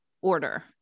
order